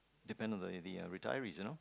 depends on the the retirees you know